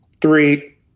Three